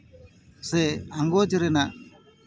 ᱥᱮ ᱟᱸᱜᱚᱡᱽ ᱨᱮᱱᱟᱜ